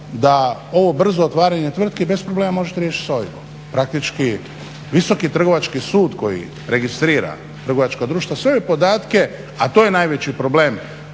da ovo brzo otvaranje tvrtki bez problema možete riješit s OIB-om. Praktički Visoki trgovački sud koji registrira trgovačka društva sve ove podatke, a to je najveći problem